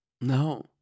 No